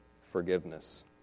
forgiveness